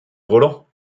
roland